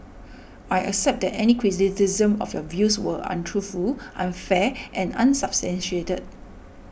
I accept that any criticism of your views were untruthful unfair and unsubstantiated